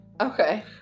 Okay